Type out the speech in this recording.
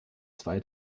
zwei